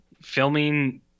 filming